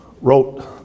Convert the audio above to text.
wrote